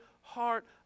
heart